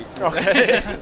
Okay